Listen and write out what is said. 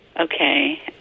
Okay